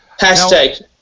hashtag